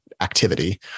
activity